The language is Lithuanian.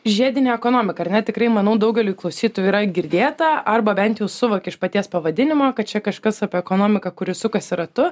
žiedinė ekonomika ar ne tikrai manau daugeliui klausytojų yra girdėta arba bent suvokia iš paties pavadinimo kad čia kažkas apie ekonomiką kuri sukasi ratu